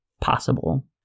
possible